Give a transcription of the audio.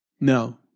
No